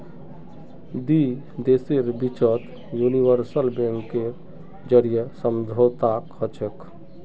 दी देशेर बिचत यूनिवर्सल बैंकेर जरीए समझौता हछेक